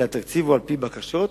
אלא התקציב הוא על-פי בקשות,